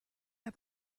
der